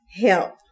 help